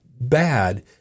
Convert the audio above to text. bad